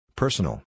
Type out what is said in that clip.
personal